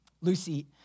Lucy